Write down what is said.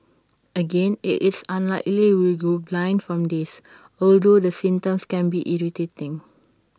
again IT is unlikely you will go blind from this although the symptoms can be irritating